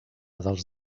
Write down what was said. dels